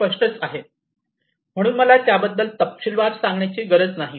हे स्पष्टच आहे म्हणून मला त्याबद्दल तपशीलवार सांगण्याची गरज नाही